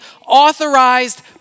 authorized